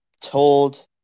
told